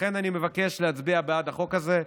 לכן אני מבקש להצביע בעד החוק הזה,